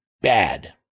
bad